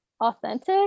authentic